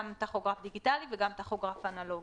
גם טכוגרף דיגיטלי וגם טכוגרף אנלוגי,